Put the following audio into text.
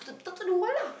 talk to the wall lah